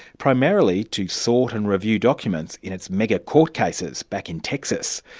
primarily to sort and review documents in its mega-court cases back in texas.